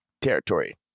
territory